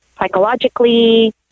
psychologically